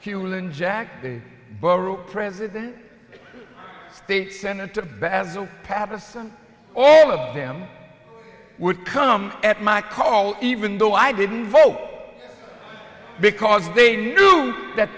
hewland jack the borough president state senator basil paterson all of them would come at my call even though i didn't vote because they knew that